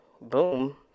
boom